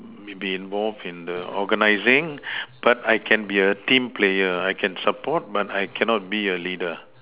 be involved in organizing but I can be a team player I can support but I cannot be a leader